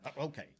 Okay